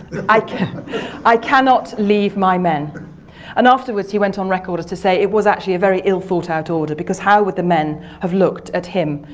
i i cannot leave my men and afterwards he went on record to say it was actually a very ill-thought-out order, because how would the men have looked at him,